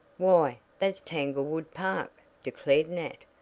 why, that's tanglewood park, declared nat.